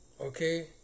okay